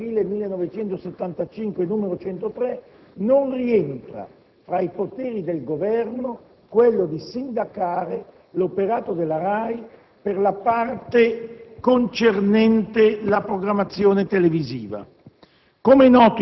14 aprile 1975, n. 103, non rientra fra i poteri del Governo quello di sindacare l'operato della RAI per la parte concernente la programmazione televisiva.